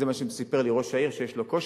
זה מה שסיפר לי ראש העיר, שיש לו קושי,